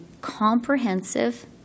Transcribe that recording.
comprehensive